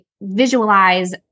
visualize